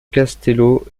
castello